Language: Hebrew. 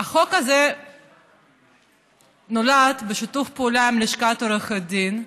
הצעת החוק הזאת נולדה בשיתוף פעולה עם לשכת עורכי הדין,